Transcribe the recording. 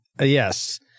yes